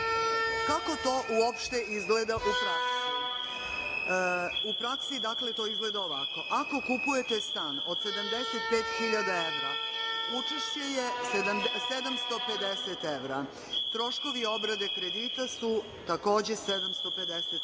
to uopšte izgleda u praksi? U praksi, dakle, to izgleda ovako – ako kupujete stan od 75.000 evra učešće je 750 evra, troškovi obrade kredita su takođe 750 evra,